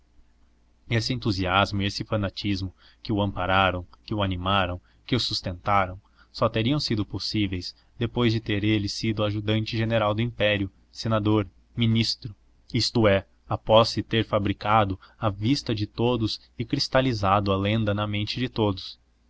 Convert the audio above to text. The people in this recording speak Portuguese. esse entusiasmo e esse fanatismo que o ampararam que o animaram que o sustentaram só teriam sido possíveis depois de ter ele sido ajudante general do império senador ministro isto é após se ter fabricado à vista de todos e cristalizado a lenda na mente de todos